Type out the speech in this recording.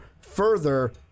further